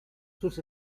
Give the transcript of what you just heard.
sus